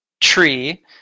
tree